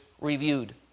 reviewed